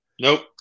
Nope